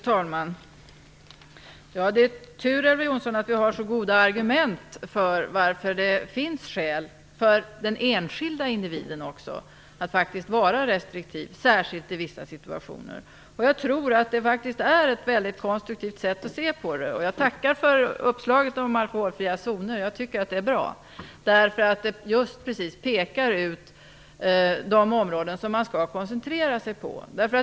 Fru talman! Det är tur, Elver Jonsson, att vi har så goda argument för den enskilda inviden att vara restriktiv, särskilt i vissa situationer. Jag tror att det faktiskt är ett väldigt konstruktivt sätt att se på det. Jag tackar för uppslaget om alkoholfria zoner, jag tycker att det är bra. Det pekar ut de områden som man skall koncentrera sig på.